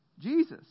Jesus